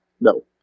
no